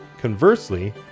Conversely